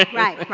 right, right.